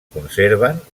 conserven